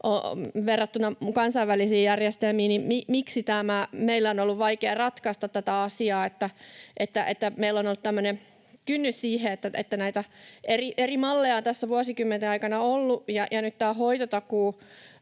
verrattuna kansainvälisiin järjestelmiin on, että miksi meidän on ollut vaikea ratkaista tätä asiaa ja meillä on ollut tämmöinen kynnys siihen. Näitä eri malleja on tässä vuosikymmenten aikana ollut, ja nyt tämä hoitotakuu,